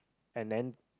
and then